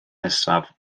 nesaf